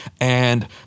And-